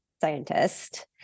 scientist